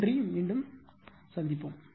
நன்றி மீண்டும் பார்க்கலாம்